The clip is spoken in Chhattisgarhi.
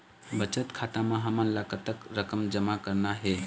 बचत खाता म हमन ला कतक रकम जमा करना हे?